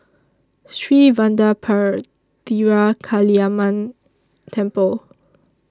Sri Vadapathira Kaliamman Temple